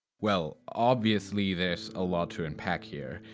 well, obviously there's a lot to unpack here.